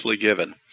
given